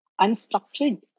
unstructured